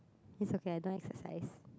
is okay I don't like exercise